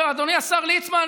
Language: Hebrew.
אדוני השר ליצמן,